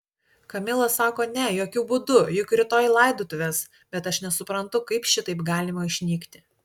kamila sako ne jokiu būdu juk rytoj laidotuvės bet aš nesuprantu kaip šitaip galima išnykti